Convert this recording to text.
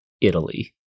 Italy